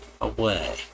away